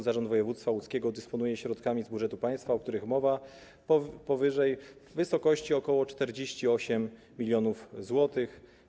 Zarząd Województwa Łódzkiego dysponuje środkami z budżetu państwa, o których mowa powyżej, w wysokości ok. 48 mln zł.